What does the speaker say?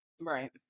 right